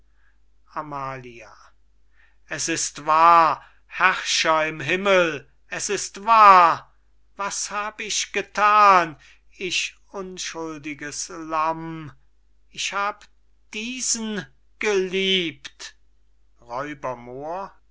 amalia es ist wahr herrscher im himmel es ist wahr was hab ich gethan ich unschuldiges lamm ich hab diesen geliebt